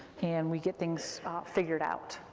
and we get things figured out.